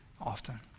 often